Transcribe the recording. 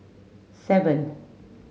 seven